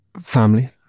Family